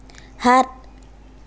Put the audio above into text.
সাত